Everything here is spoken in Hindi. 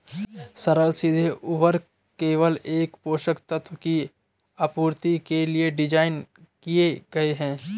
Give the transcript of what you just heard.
सरल सीधे उर्वरक केवल एक पोषक तत्व की आपूर्ति के लिए डिज़ाइन किए गए है